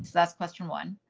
so that's question one.